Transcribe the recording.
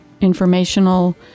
informational